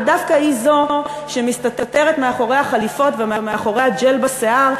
ודווקא היא זו שמסתתרת מאחורי החליפות ומאחורי הג'ל בשיער,